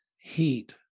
heat